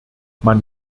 man